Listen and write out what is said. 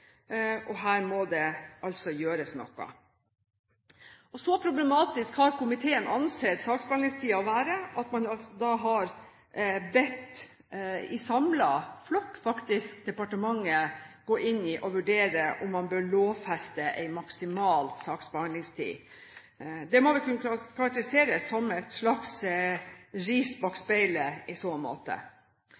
og her må det gjøres noe. Så problematisk har komiteen ansett saksbehandlingstiden for å være at man faktisk i samlet flokk har bedt departementet gå inn og vurdere om man bør lovfeste en maksimal saksbehandlingstid. Det må vel kunne karakteriseres som et slags ris bak speilet i så måte.